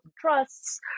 trusts